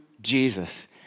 Jesus